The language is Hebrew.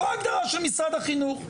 זו הגדרה של משרד החינוך,